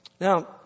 Now